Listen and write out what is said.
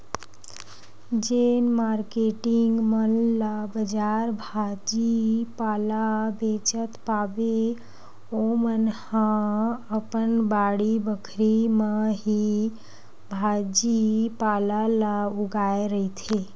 जेन मारकेटिंग मन ला बजार भाजी पाला बेंचत पाबे ओमन ह अपन बाड़ी बखरी म ही भाजी पाला ल उगाए रहिथे